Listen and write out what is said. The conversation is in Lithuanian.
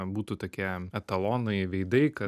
būtų tokie etalonai veidai kad